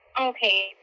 Okay